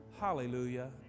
Hallelujah